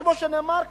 כמו שנאמר כאן,